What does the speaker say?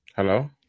Hello